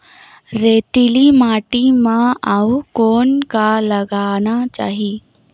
रेतीली माटी म अउ कौन का लगाना चाही?